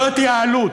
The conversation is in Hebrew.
זאת העלות.